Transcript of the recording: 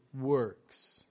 works